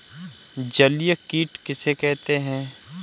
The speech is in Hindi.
जलीय कीट किसे कहते हैं?